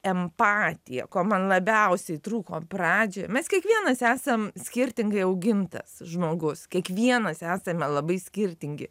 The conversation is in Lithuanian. empatiją ko man labiausiai trūko pradžioje mes kiekvienas esam skirtingai augintas žmogus kiekvienas esame labai skirtingi